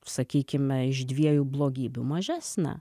sakykime iš dviejų blogybių mažesnę